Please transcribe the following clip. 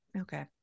Okay